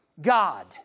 God